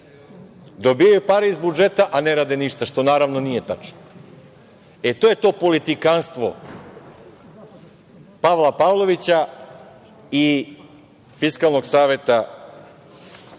dobijaju pare iz budžeta, a ne rade ništa, što, naravno, nije tačno. E, to je to politikanstvo Pavla Pavlovića i Fiskalnog saveta